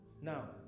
Now